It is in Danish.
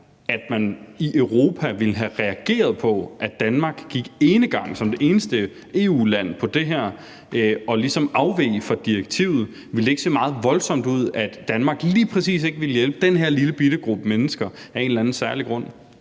at man i Europa ville have reageret på, at Danmark gik enegang som det eneste EU-land i det her og ligesom afveg fra direktivet? Ville det ikke se meget voldsomt ud, at Danmark af en eller anden særlig grund lige præcis ikke ville hjælpe den her lillebitte gruppe mennesker? Kl. 15:11 Første